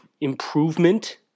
improvement